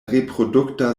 reprodukta